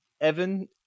Evan